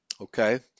Okay